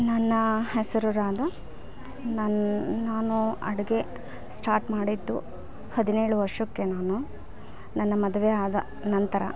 ನನ್ನ ಹೆಸರು ರಾಧ ನನ್ ನಾನು ಅಡ್ಗೆ ಸ್ಟಾರ್ಟ್ ಮಾಡಿದ್ದು ಹದಿನೇಳು ವರ್ಷಕ್ಕೆ ನಾನು ನನ್ನ ಮದುವೆ ಆದ ನಂತರ